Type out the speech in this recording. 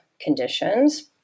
conditions